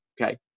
okay